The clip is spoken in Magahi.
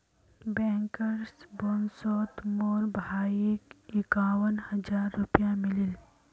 बैंकर्स बोनसोत मोर भाईक इक्यावन हज़ार रुपया मिलील